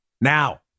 Now